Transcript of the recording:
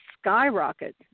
skyrocket